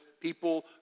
people